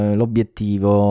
l'obiettivo